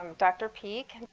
um dr. peak.